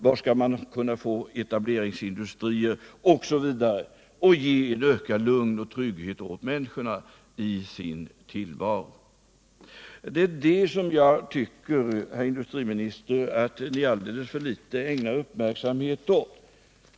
Var skall man kunna få etableringsindustrier? Och så vidare. Det är det som jag tycker att ni, herr industriminister, ägnar alldeles för litet uppmärksamhet åt.